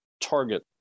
target